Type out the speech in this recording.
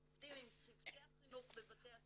הם עובדים עם צוותי החינוך בבתי הספר,